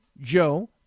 Joe